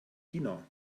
china